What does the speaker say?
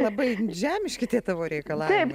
labai žemiški tie tavo reikalavimai